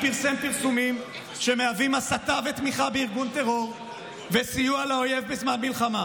פרסומים שמהווים הסתה ותמיכה בארגון טרור וסיוע לאויב בזמן מלחמה,